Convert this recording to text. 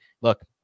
look